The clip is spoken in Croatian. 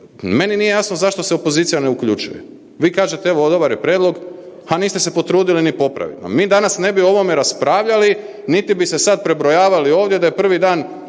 meni nije jasno zašto se opozicija ne uključuje. Vi kažete, evo, dobar je prijedlog, a niste se potrudili ni popraviti. Pa mi danas ne bi o ovome raspravljali niti bi se sad prebrojavali ovdje da je prvi dan